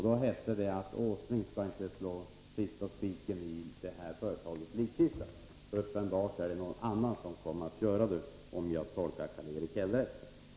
Då hette det att Åsling inte skall slå sista spiken i detta företags likkista. Uppenbarligen är det nu någon annan som kommer att göra det, om jag har förstått Karl-Erik Häll rätt.